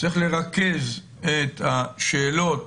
צריך לרכז את השאלות